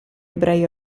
ebrei